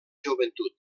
joventut